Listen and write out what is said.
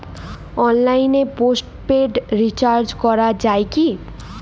অনলাইনে postpaid recharge করা যায় কি?